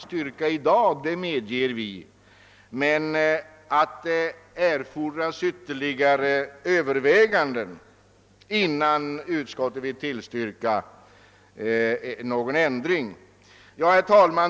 Vi anser emellertid att det erfordras ytterligare överväganden innan utskottet kan tillstyrka någon ändring.